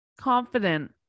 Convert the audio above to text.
confident